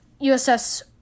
USS